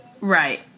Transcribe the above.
Right